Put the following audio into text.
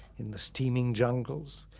in the steaming jungles,